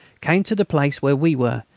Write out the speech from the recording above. came to the place where we were,